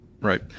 Right